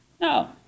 No